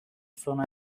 sona